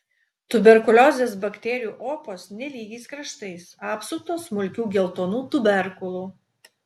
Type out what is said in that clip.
tuberkuliozės bakterijų opos nelygiais kraštais apsuptos smulkių geltonų tuberkulų